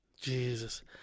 Jesus